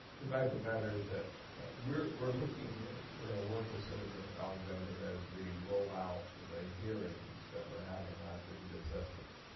the fact of the matter is that we're we're looking and we're going to work with senator alexander as we roll out the hearing that we're having. last week we did assessments.